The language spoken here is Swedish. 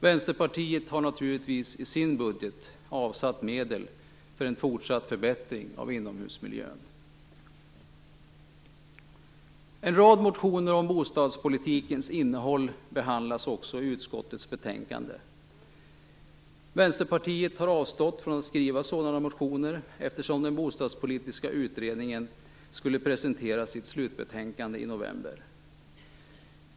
Vänsterpartiet har naturligtvis i sin budget avsatt medel för åtgärder som syftar till en fortsatt förbättring av inomhusmiljön. En rad motioner om bostadspolitikens innehåll behandlas också i utskottets betänkande. Vänsterpartiet har avstått från att skriva sådana motioner, eftersom den bostadspolitiska utredningen skulle presentera sitt slutbetänkande i november.